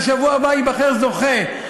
בשבוע הבא ייבחר זוכה.